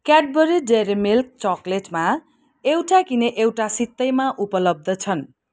Cadbury Dairy Milk चकलेटमा एउटा किने एउटा सित्तैमा उपलब्ध छन्